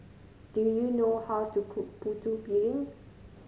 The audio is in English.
do you know how to cook Putu Piring